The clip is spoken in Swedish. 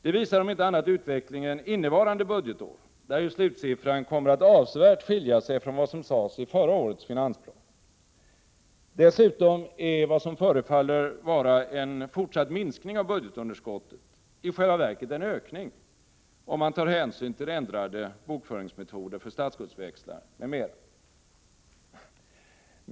Det visar om inte annat utvecklingen innevarande budgetår, där ju slutsiffran kommer att avsevärt skilja sig från vad som sades i förra årets finansplan. Dessutom är vad som förefaller vara en fortsatt minskning av budgetunderskottet i själva verket en ökning, om man tar hänsyn till ändrade bokföringsmetoder för statsskuldsväxlar m.m.